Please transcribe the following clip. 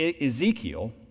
Ezekiel